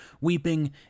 weeping